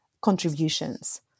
contributions